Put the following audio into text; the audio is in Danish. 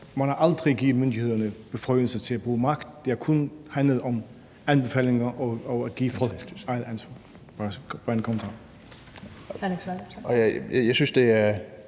man har aldrig givet myndighederne beføjelser til at bruge magt, det har kun handlet om anbefalinger og at give folk et eget ansvar. Det var en kommentar.